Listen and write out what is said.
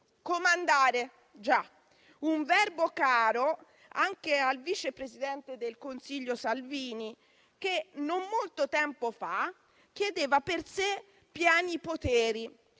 Comandare, un verbo caro anche al vice presidente del Consiglio Salvini, che non molto tempo fa chiedeva per sé pieni poteri,